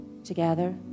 together